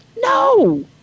No